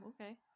okay